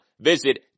visit